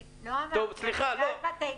אני לא אמרתי מילה על בתי כנסת.